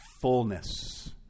fullness